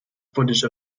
footage